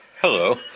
hello